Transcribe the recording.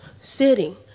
Sitting